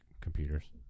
computers